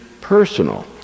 personal